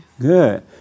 Good